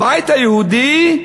הבית היהודי,